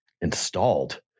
Installed